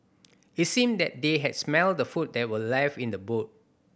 it seemed that they had smelt the food that were left in the boot